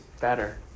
better